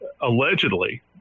allegedly—